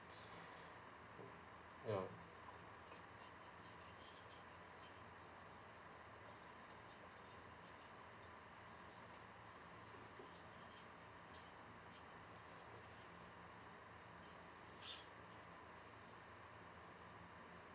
yeah